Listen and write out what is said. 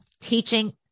teaching